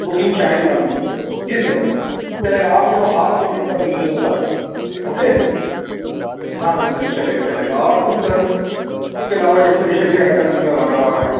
booking Shaheen نام سے جی سر چلے گا آپ میرے کو ہاف پیمنٹ کر دیجیے میرا اوکے ہاں جی سر چلے گا چلے گا اور کچھ سر اس کے علاوہ ڈیکوریشن کے آئیٹمس بھی ہمارے وہاں ہیں